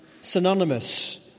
synonymous